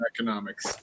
economics